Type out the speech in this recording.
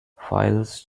files